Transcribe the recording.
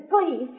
Please